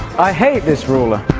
i hate this ruler!